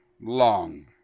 long